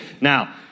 now